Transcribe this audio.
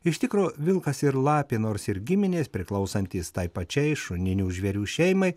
iš tikro vilkas ir lapė nors ir giminės priklausantys tai pačiai šuninių žvėrių šeimai